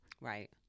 Right